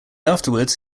afterwards